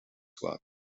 klāt